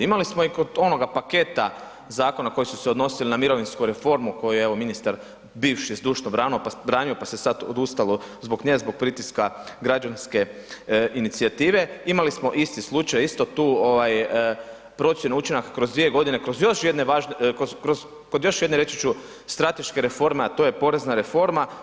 Imali smo i kod onoga paketa zakona koji su se odnosili na mirovinsku reformu koju je evo ministar bivši zdušno branio pa se sad odustalo zbog nje zbog pritiska građanske inicijative, imali smo isti slučaj, isto tu procjenu učinaka kroz dvije godine, kroz još jedne važne, kod još jedne reći ću strateške reforme a to je porezna reforma.